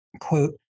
Quote